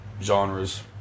genres